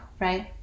right